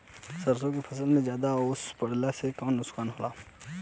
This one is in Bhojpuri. सरसों के फसल मे ज्यादा ओस पड़ले से का नुकसान होला?